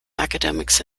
academics